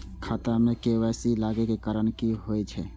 खाता मे के.वाई.सी लागै के कारण की होय छै?